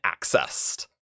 accessed